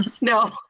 No